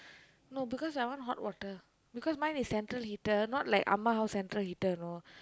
no because I want hot water because mine is central heater not like அம்மா:ammaa house central heater you know